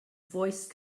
voice